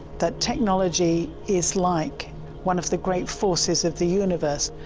that technology is like one of the great forces of the universe,